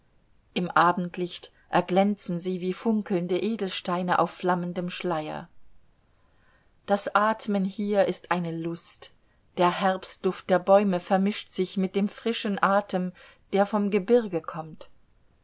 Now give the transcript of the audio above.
im abendlicht erglänzen sie wie funkelnde edelsteine auf flammendem schleier das atmen hier ist eine lust der herbstduft der bäume vermischt sich mit dem frischen atem der vom gebirge kommt